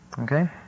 Okay